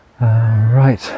Right